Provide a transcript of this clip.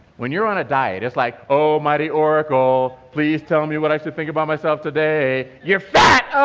when you are on a diet, it is like, oh, mighty oracle, please tell me what i should think about myself today! you're fat!